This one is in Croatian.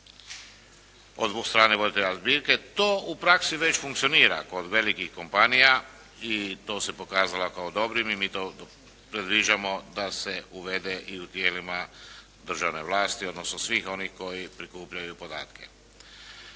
…/Govornik se ne razumije./… To u praksi već funkcionira kod velikih kompanija i to se pokazalo kao dobrim i mi to predviđamo da se uvede i u tijelima državne vlasti, odnosno svih onih koji prikupljaju podatke.